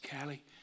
Callie